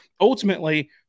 ultimately